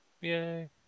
Yay